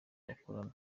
bakorana